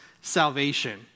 salvation